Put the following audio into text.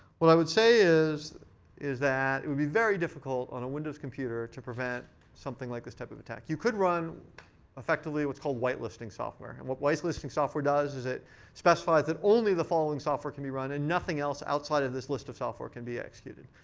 what i would say is is that it would be very difficult on a windows computer to prevent something like this type of attack. you could run effectively what's called white listing software. and what white listing software does is it specifies that only the following software can be run, and nothing else outside of this list of software can be executed.